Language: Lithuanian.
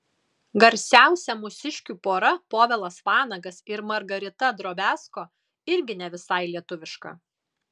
garsiausia mūsiškių pora povilas vanagas ir margarita drobiazko irgi ne visai lietuviška